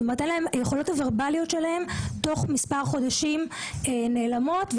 היכולות הוורבליות שלהם תוך מספר חודשים נעלמות,